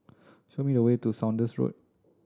show me the way to Saunders Road